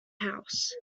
house